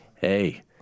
hey